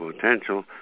potential